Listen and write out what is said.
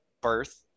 birth